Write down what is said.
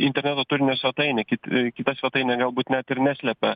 interneto turinio svetainę kit kita svetainė galbūt net ir neslepia